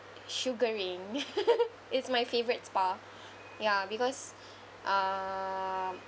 sugaring it's my favorite spa ya because uh